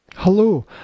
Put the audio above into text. Hello